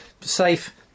safe